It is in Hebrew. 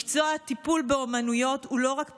מקצוע הטיפול באומנויות הוא לא רק פריבילגיה,